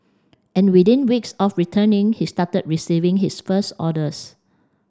and within weeks of returning he started receiving his first orders